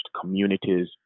communities